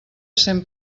cent